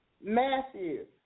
Matthew